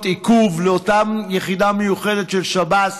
עיכוב לאותה יחידה מיוחדת של שב"ס,